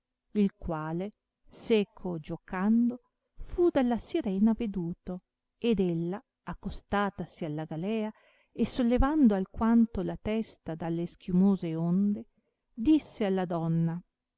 il quale seco giuocando fu dalla sirena veduto ed ella accostatasi alla galea e sollevando alquanto la testa dalle schiumose onde disse alla donna